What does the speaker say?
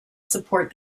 support